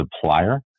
supplier